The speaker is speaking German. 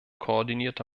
koordinierte